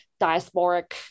diasporic